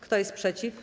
Kto jest przeciw?